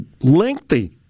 lengthy